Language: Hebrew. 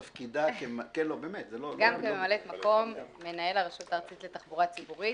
גם כממלאת מקום מנהל הרשות הארצית לתחבורה ציבורית.